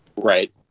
Right